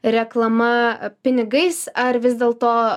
reklama pinigais ar vis dėl to